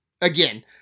Again